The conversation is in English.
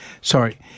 Sorry